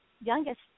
youngest